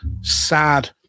sad